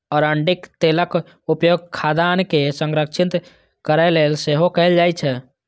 अरंडीक तेलक उपयोग खाद्यान्न के संरक्षित करै लेल सेहो कैल जाइ छै